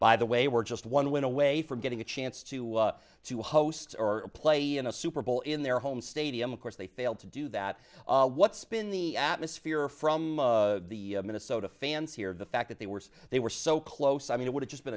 by the way were just one win away from getting a chance to to host or play in a super bowl in their home stadium of course they failed to do that what's been the atmosphere from the minnesota fans here the fact that they were they were so close i mean it would have just been